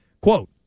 Quote